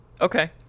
Okay